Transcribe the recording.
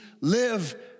live